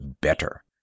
better